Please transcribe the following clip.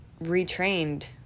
retrained